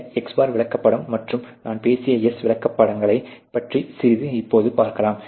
இந்த x̄ விளக்கப்படம் மற்றும் நான் பேசிய S விளக்கப்படங்களைப் பற்றிய சிறிது இப்போது பார்க்கலாம்